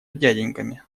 дяденьками